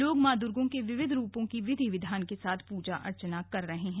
लोग मां दुर्गा के विविध रूपों की विधि विधान के साथ पूजा अर्चना कर रहे हैं